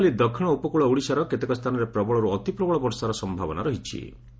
ଆସନ୍ତାକାଲି ଦକିଶ ଉପକୂଳ ଓଡ଼ିଶାର କେତେକ ସ୍ଚାନରେ ପ୍ରବଳରୁ ଅତିପ୍ରବଳ ବର୍ଷାର ସମ୍ଭାବନା ରହିଛି